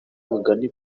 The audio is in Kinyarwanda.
mugani